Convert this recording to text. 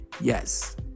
yes